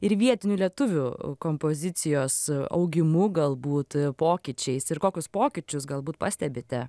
ir vietinių lietuvių kompozicijos augimu galbūt pokyčiais ir kokius pokyčius galbūt pastebite